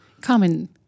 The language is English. Common